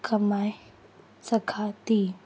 कमाए सघां थी